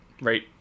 Right